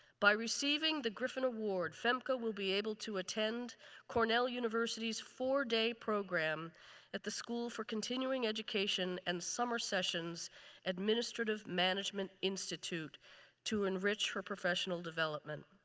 by receiving the griffin award, femca will be able to attend cornell university's four-day program at the school for continuing education and summer sessions' administrative management institute to enrich her professional development.